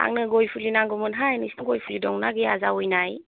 आंनो गय फुलि नांगौमोनहाय नोंसोरनाव गय फुलि दंना गैया जावैनाय